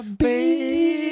baby